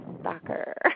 stalker